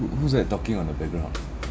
who~ who's that talking on the background